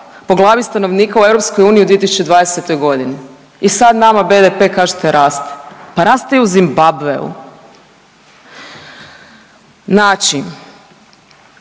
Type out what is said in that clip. po glavi stanovnika u EU u 2020. godini i sad nama BDP kažete raste. Pa raste i u Zimbabveu. Znači,